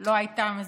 לא הייתה מזיקה.